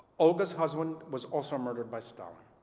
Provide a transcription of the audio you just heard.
olga's husband was also murdered by stalin.